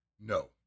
No